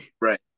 Right